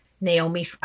Naomi